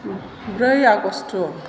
ब्रै आगस्त'